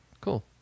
cool